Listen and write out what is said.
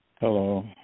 Hello